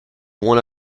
one